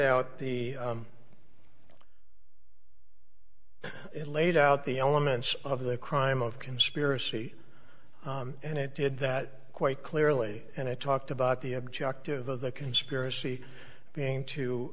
out the it laid out the elements of the crime of conspiracy and it did that quite clearly and it talked about the objective of the conspiracy being to